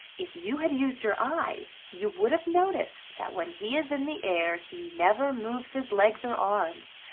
if you had used your eyes you would have noticed that when he is in the air he never moves his legs or arms,